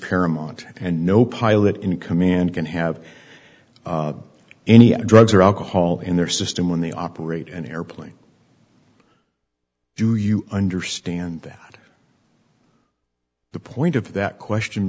paramount and no pilot in command can have any other drugs or alcohol in their system when they operate an airplane do you understand that the point of that question